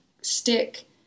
stick